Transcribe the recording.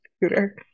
computer